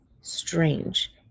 strange